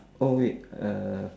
oh wait uh